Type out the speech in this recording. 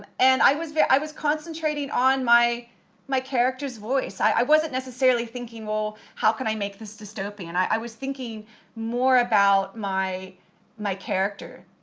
um and i was yeah i was concentrating on my my character's voice. i wasn't necessarily thinking, well, how can i make this dystopian? i was thinking more about my my character,